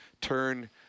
turn